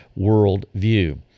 worldview